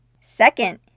Second